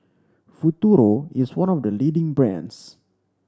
Futuro is one of the leading brands